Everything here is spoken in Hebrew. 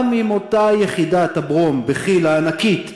גם אם אותה יחידת "תרכובות ברום" בכי"ל הענקית שמרוויחה,